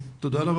תודה.